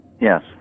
Yes